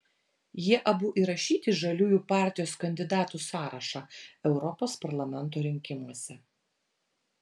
jie abu įrašyti į žaliųjų partijos kandidatų sąrašą europos parlamento rinkimuose